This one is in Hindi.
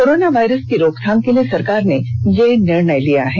कोरोना वायरस की रोकथाम के लिए सरकार ने यह निर्णय लिया है